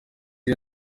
iyo